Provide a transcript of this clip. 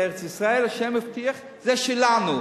ארץ-ישראל, ה' הבטיח, זה שלנו.